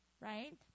right